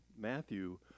Matthew